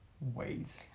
wait